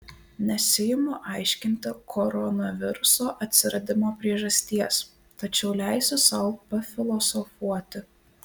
nesiimu aiškinti koronaviruso atsiradimo priežasties tačiau leisiu sau pafilosofuoti